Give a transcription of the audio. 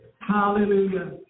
Hallelujah